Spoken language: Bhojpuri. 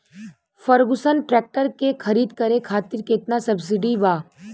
फर्गुसन ट्रैक्टर के खरीद करे खातिर केतना सब्सिडी बा?